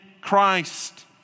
Christ